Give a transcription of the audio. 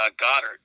Goddard